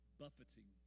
buffeting